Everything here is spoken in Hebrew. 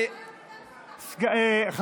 אורלי, בואי, אני אספר לך.